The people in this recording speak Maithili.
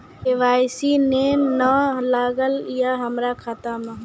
के.वाई.सी ने न लागल या हमरा खाता मैं?